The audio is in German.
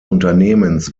unternehmens